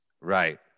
Right